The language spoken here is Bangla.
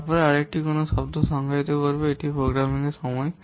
তারপরে আরেকটি এখানে কোন শব্দটি সংজ্ঞায়িত করবে এটি প্রোগ্রামারের সময়